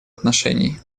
отношений